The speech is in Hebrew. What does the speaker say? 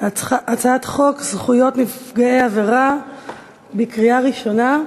הצעת חוק זכויות נפגעי עבירה (תיקון מס' 9) בקריאה ראשונה.